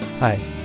Hi